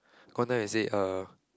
gone one time they say uh